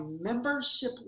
membership